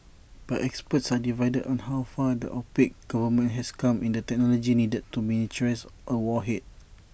but experts are divided on how far the opaque government has come in the technology needed to miniaturise A warhead